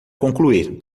concluir